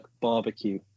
barbecue